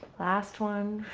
last one